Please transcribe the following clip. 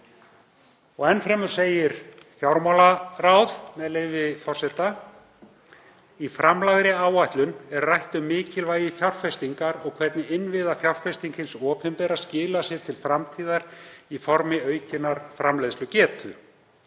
Enn fremur segir fjármálaráð, með leyfi forseta: „Í framlagðri áætlun er rætt um mikilvægi fjárfestingar og hvernig innviðafjárfesting hins opinbera skilar sér til framtíðar í formi aukinnar framleiðslugetu.